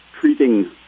treating